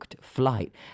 flight